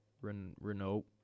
Renault